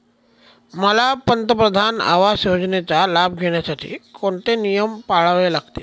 मला पंतप्रधान आवास योजनेचा लाभ घेण्यासाठी कोणते नियम पाळावे लागतील?